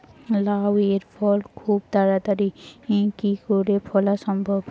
লাউ এর ফল খুব তাড়াতাড়ি কি করে ফলা সম্ভব?